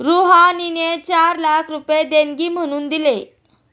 रुहानीने चार लाख रुपये देणगी म्हणून दिले